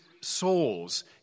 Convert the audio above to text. souls